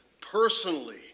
personally